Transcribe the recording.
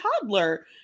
toddler